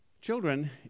Children